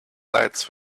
lights